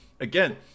Again